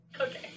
Okay